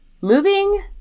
Moving